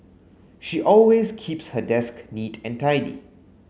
she always keeps her desk neat and tidy